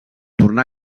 tornà